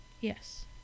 Yes